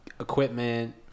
equipment